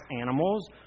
animals